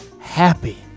happy